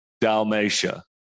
Dalmatia